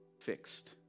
fixed